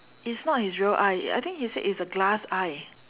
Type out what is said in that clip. is not his real eye I think he said it's a glass eye